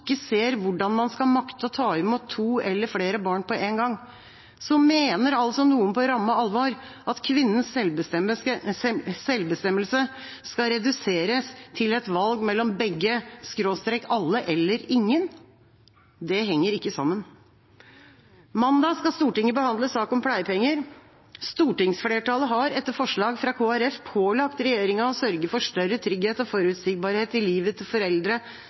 ikke ser hvordan man skal makte å ta imot to eller flere barn på en gang, mener altså noen på ramme alvor at kvinnens selvbestemmelse skal reduseres til et valg mellom begge/alle eller ingen? Det henger ikke sammen. Mandag skal Stortinget behandle sak om pleiepenger. Stortingsflertallet har etter forslag fra Kristelig Folkeparti pålagt regjeringen å sørge for større trygghet og forutsigbarhet i livet til foreldre